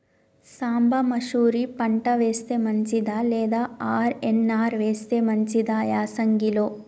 సాంబ మషూరి పంట వేస్తే మంచిదా లేదా ఆర్.ఎన్.ఆర్ వేస్తే మంచిదా యాసంగి లో?